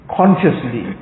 consciously